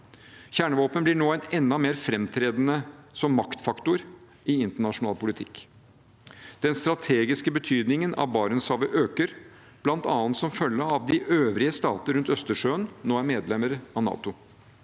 Kjernevåpen blir nå enda mer framtredende som maktfaktor i internasjonal politikk. Den strategiske betydningen av Barentshavet øker, bl.a. som følge av at de øvrige stater rundt Østersjøen nå er medlemmer av NATO.